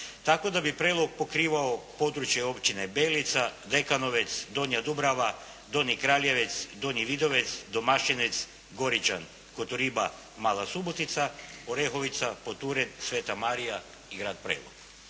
Tako da bi Prelog prekrivao područje općine Belica, Dekanovec, Donja Dubrava, Donji Kraljevec, Donji Vidovec, Domašinec, Goričan, Kotoriba, Mala Subotica, Orehovica, Poturet, Sveta Marija i Grad Prelog.